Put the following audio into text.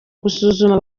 gusuzuma